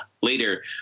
later